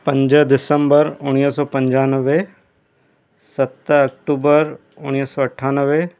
पंज दिसंबर उणिवीह सौ पंजानवे सत अक्टूबर उणिवीह सौ अठानवे